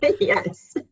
Yes